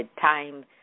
time